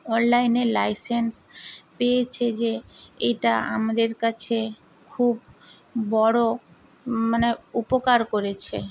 অনলাইনে লাইসেন্স পেয়েছে যে এটা আমাদের কাছে খুব বড়ো মানে উপকার করেছে